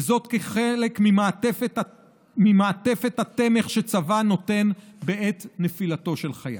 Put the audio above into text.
וזאת כחלק ממעטפת התמך שצבא נותן בעת נפילתו של חייל.